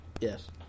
Yes